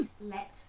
let